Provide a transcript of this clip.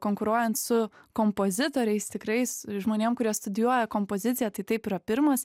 konkuruojant su kompozitoriais tikrais žmonėm kurie studijuoja kompoziciją tai taip yra pirmas